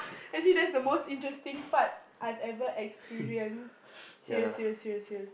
actually that's the most interesting part I've ever experienced serious serious serious serious